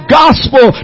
gospel